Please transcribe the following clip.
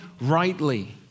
rightly